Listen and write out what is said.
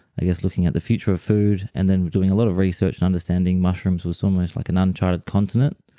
i guess, looking at the future of food and then doing a little research and understanding mushrooms was almost like an uncharted continent,